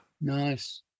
Nice